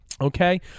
Okay